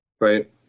right